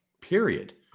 Period